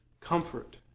comfort